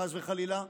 חס וחלילה,